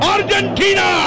Argentina